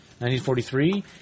1943